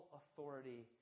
authority